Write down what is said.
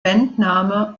bandname